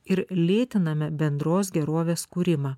ir lėtiname bendros gerovės kūrimą